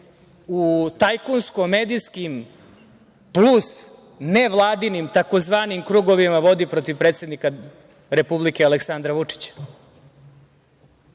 u tajkunsko-medijskim, plus nevladinim tzv. krugovima vodi protiv predsednika Republike Aleksandra Vučića.